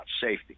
safety